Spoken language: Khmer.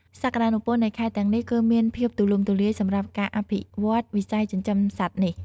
សក្តានុពលនៃខេត្តទាំងនេះគឺមានភាពទូលំទូលាយសម្រាប់ការអភិវឌ្ឍវិស័យចិញ្ចឹមសត្វនេះ។